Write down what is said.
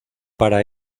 para